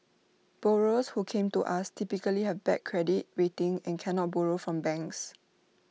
borrowers who came to us typically have bad credit rating and cannot borrow from banks